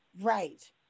Right